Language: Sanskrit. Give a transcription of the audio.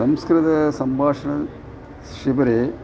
संस्कृत सम्भाषणशिबिरे